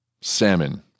salmon